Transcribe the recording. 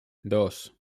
dos